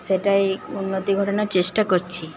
সেটাই উন্নতি ঘটানোর চেষ্টা করছি